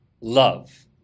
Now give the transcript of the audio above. love